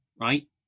right